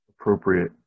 appropriate